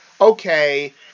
okay